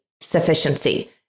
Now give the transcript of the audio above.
sufficiency